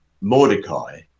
Mordecai